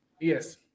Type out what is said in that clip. Yes